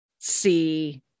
see